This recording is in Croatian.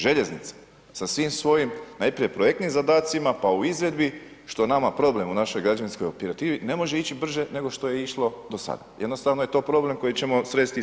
Željeznica sa svim svojim najprije projektnim zadacima, pa u izvedbi što je nama problem u našoj građevinskoj operativi ne može ići brže nego što je išlo do sada, jednostavno je to problem koji ćemo sresti i slijedeće godine.